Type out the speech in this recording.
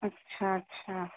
اچھا اچھا